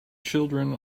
children